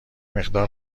مقدار